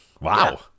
Wow